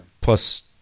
plus